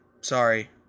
sorry